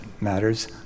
matters